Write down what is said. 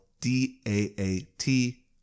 D-A-A-T